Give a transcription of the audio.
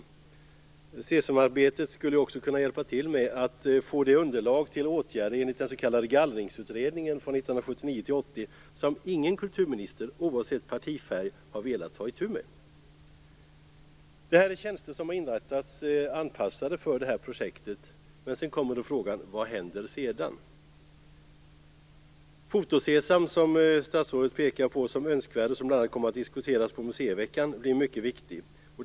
I och med SESAM-arbetet skulle man också kunna få hjälp med det underlag till åtgärder enligt den s.k. gallringsutredningen från 1979-1980 som ingen kulturminister, oavsett partifärg, har velat ta itu med. De tjänster som har inrättats är anpassade för det här projektet. Då uppstår frågan: Vad händer sedan? Statsrådet pekar på "foto-SESAM" och säger att satsningen är önskvärd. Den kommer bl.a. att diskuteras på museiveckan. Den blir mycket viktig.